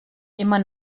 immer